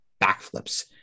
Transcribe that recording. backflips